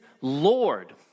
Lord